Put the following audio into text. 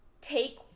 take